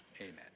Amen